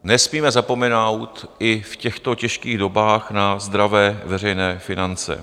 Nesmíme zapomenout i v těchto těžkých dobách na zdravé veřejné finance.